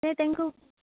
तें तेंका